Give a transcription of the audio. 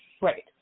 Right